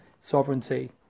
sovereignty